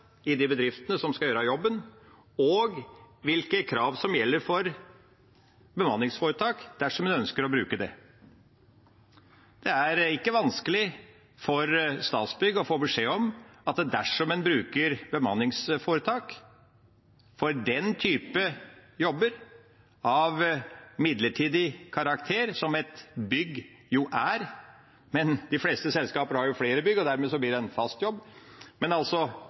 i bedriftene som skal gjøre jobben, og hvilke krav som gjelder for bemanningsforetak, dersom en ønsker å bruke det. Det er ikke vanskelig for Statsbygg å få beskjed om at dersom en bruker bemanningsforetak for den typen jobber av midlertidig karakter som et bygg jo er – de fleste selskaper har flere bygg, og dermed blir det en fast jobb